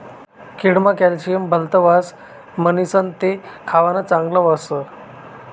केळमा कॅल्शियम भलत ह्रास म्हणीसण ते खावानं चांगल ह्रास